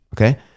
okay